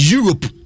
Europe